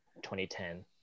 2010